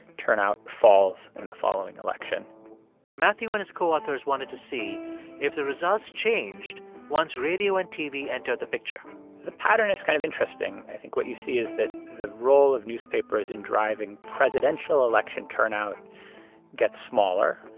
turnout falls in the following election matthew and his co-authors wanted to see if the results changed once radio and tv entered the picture the pattern is kind of interesting. i think what you see is that the role of newspapers in driving presidential election turnout gets smaller,